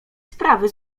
sprawy